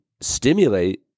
stimulate